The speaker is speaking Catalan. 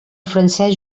francesc